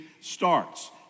starts